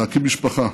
להקים משפחה.